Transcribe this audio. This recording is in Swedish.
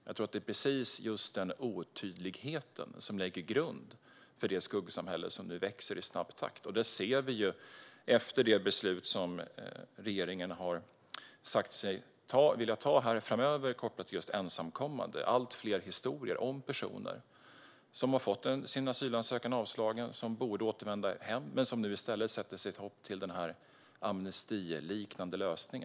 Jag tror att det är precis den otydligheten som lägger grunden för det skuggsamhälle som nu växer i snabb takt. I och med det beslut som regeringen har sagt sig vilja ta framöver och som är kopplat till just ensamkommande ser vi allt fler historier om personer som har fått sin asylansökan avslagen och som borde återvända hem men som nu i stället sätter sitt hopp till denna amnestiliknande lösning.